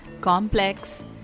complex